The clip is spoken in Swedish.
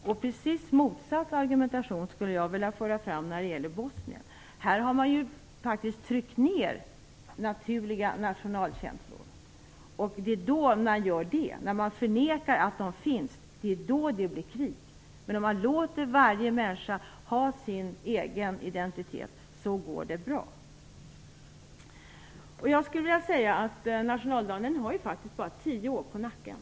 Jag skulle vilja föra fram precis motsatt argumentation när det gäller Bosnien. Här har man faktiskt tryckt ner naturliga nationalkänslor. Det är när man gör det, när man förnekar att de finns, som det blir krig. Men om man låter varje människa ha sin egen identitet går det bra. Nationaldagen har ju faktiskt bara tio år på nacken.